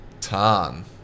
Tan